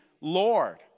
Lord